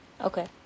Okay